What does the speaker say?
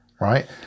right